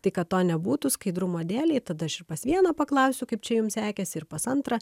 tai kad to nebūtų skaidrumo dėlei tada aš ir pas vieną paklausiu kaip čia jums sekėsi ir pas antrą